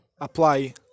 Apply